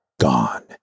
gone